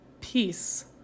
peace